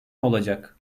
olacak